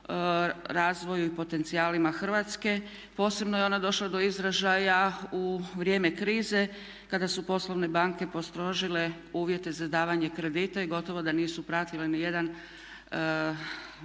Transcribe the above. razvoju i potencijalima Hrvatske, posebno je ona došla do izražaja u vrijeme krize kada su poslovne banke postrožile uvjete za davanje kredita i gotovo da nisu pratile ni jedan